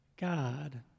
God